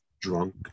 drunk